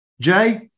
Jay